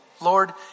Lord